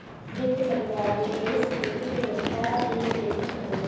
वित्त मंत्रालय देस के वित्त व्यवस्था के देखत हवे